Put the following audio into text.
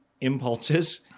impulses